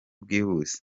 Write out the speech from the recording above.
bwihuse